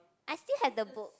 I still have the book